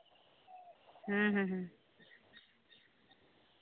ᱦᱩᱸ ᱦᱩᱸ ᱦᱩᱸ